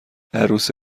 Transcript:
عروس